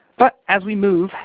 but as we move,